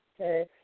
okay